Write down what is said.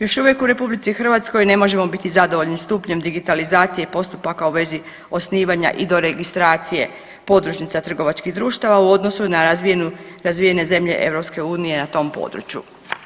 Još uvijek u RH ne možemo biti zadovoljni stupnjem digitalizacije i postupaka u vezi osnivanja i do registracije podružnica trgovačkih društava u odnosu na razvijene zemlje EU na tom području.